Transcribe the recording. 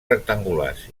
rectangulars